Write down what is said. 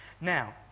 Now